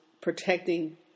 protecting